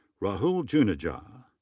rahul juneja.